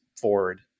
forward